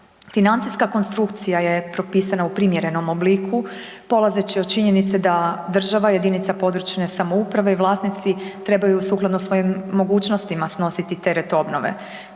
Financijska konstrukcija je propisana u primjerenom obliku polazeći od činjenice da država, jedinica područne samouprave i vlasnici trebaju sukladno svojim mogućnostima snositi teret obnove.